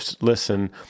listen